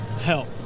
help